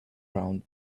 round